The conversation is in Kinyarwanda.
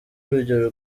urugero